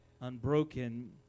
Unbroken